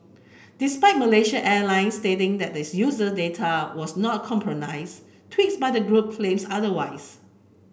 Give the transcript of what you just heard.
despite Malaysia Airlines stating that its users data was not compromised tweets by the group claims otherwise